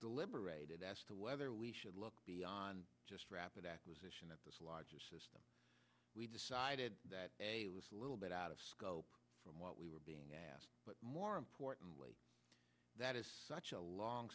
deliberated as to whether we should look beyond just rapid acquisition of a larger system we decided that a little bit out of scope from what we were being asked but more importantly that is such a long